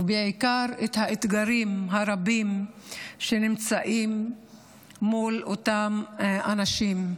ובעיקר את האתגרים הרבים שנמצאים מול אותם אנשים.